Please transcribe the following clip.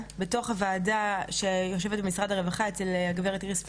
בתוך הוועדה שיושבת במשרד הרווחה אצל הגברת איריס פלורנטין,